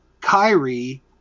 Kyrie